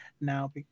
Now